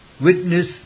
Witness